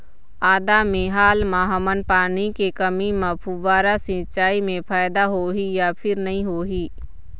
आदा मे हाल मा हमन पानी के कमी म फुब्बारा सिचाई मे फायदा होही या फिर नई होही?